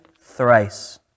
thrice